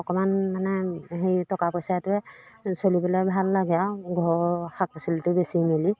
অকণমান মানে সেই টকা পইচাটোৱে চলিবলৈ ভাল লাগে আৰু ঘৰৰ শাক পাচলিটো বেচি মেলি